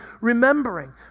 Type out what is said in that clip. remembering